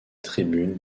tribune